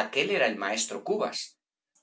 aquél era el maestro cubas